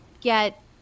get